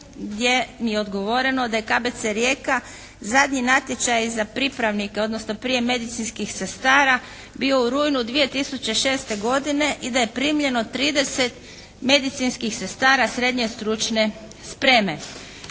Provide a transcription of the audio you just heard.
gdje mi je odgovoreno da je KBC Rijeka zadnji natječaj za pripravnike odnosno prijem medicinskih sestara bio u rujnu 2006. godine i da je primljeno 30 medicinskih sestara srednje stručne spreme.